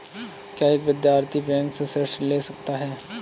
क्या एक विद्यार्थी बैंक से ऋण ले सकता है?